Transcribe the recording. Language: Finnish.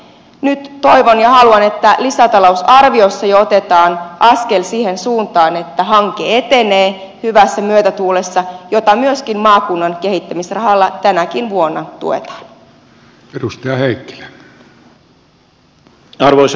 nyt toivon ja haluan että lisätalousarviossa jo otetaan askel siihen suuntaan että hanke etenee hyvässä myötätuulessa mitä myöskin maakunnan kehittämisrahalla tänäkin vuonna tuetaan